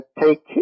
take